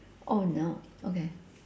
oh no okay